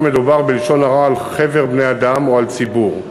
מדובר בלשון הרע על חבר בני-אדם או על ציבור.